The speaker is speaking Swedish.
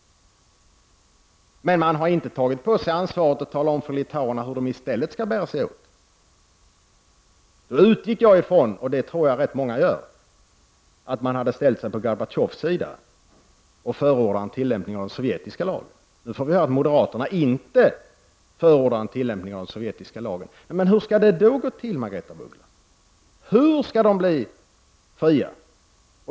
Men man har inte tagit på sig ansvaret att tala om för litauerna hur de i stället skall bära sig åt. Jag utgick från — och det tror jag att många gör — att man hade ställt sig på Gorbatjovs sida och förordat en tillämpning av den sovjetiska lagen. Nu får vi höra att moderaterna inte förordar en tillämpning av den sovjetiska lagen. Hur skall det då gå till? Hur skall litauerna bli fria?